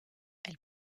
elle